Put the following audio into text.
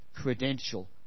credential